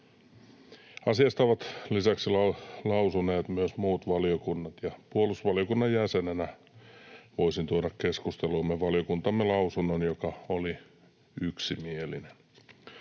Asiasta ovat lisäksi lausuneet myös muut valiokunnat, ja puolustusvaliokunnan jäsenenä voisin tuoda keskusteluumme valiokuntamme lausunnon, joka oli yksimielinen.